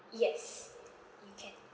yes you can